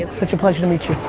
such a pleasure to meet you.